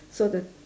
so the